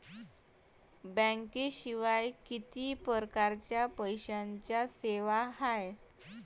बँकेशिवाय किती परकारच्या पैशांच्या सेवा हाय?